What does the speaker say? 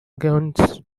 against